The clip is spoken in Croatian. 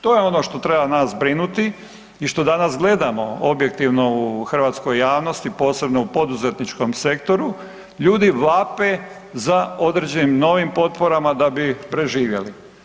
To je ono što treba nas brinuti i što danas gledamo objektivno u hrvatskoj javnosti, posebno u poduzetničkom sektoru, ljudi vape za određenim novim potporama da bi preživjeli.